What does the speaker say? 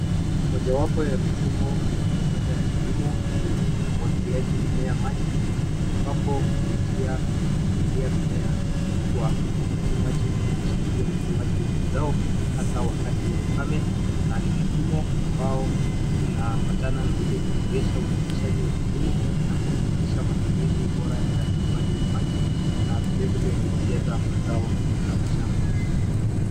Mojawapo ya mifumo ya kisasa ya kilimo ni umwagiliaji mimea maji ambapo ni njia ya kumwagilia mimea kwa kudhibiti maji ili kuweza kusaidia ukuaji wa mazao hasa wakati wa ukame na ni mfumo ambao unaambatana ili kuboresha uzalishaji wa kilimo na kuhakikisha matumizi bora ya rasilimali ya maji na vilevile huongeza mazao katika mashamba.